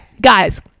guys